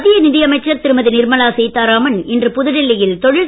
மத்திய நிதியமைச்சர் திருமதி நிர்மலா சீதாராமன் இன்று புதுடில்லியில் தொழில்